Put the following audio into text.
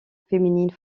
féminine